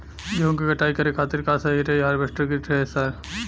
गेहूँ के कटाई करे खातिर का सही रही हार्वेस्टर की थ्रेशर?